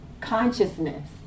consciousness